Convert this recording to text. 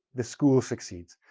the school succeeds.